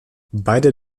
beide